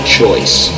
choice